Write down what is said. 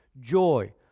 Joy